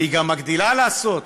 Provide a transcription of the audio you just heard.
והיא גם מגדילה לעשות